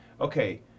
Okay